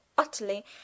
utterly